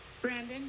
Brandon